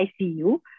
ICU